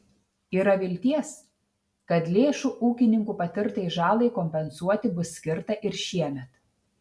yra vilties kad lėšų ūkininkų patirtai žalai kompensuoti bus skirta ir šiemet